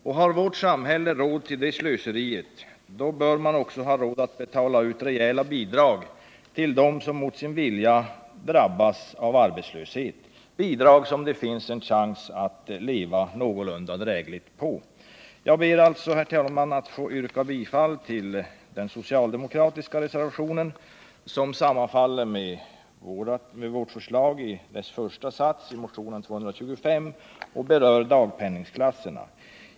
Och har vårt samhälle råd med det slöseriet bör vi också ha råd att betala ut rejäla bidrag till dem som mot sin vilja drabbas av arbetslöshet. Det skall vara bidrag som det finns en chans att leva någorlunda drägligt på. Jag ber, herr talman, att få yrka bifall till den socialdemokratiska reservationen 1, som sammanfaller med vårt förslag i motionen 2225 i den första satsen som berör dagpenningklasserna.